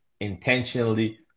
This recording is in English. intentionally